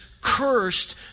cursed